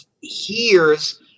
hears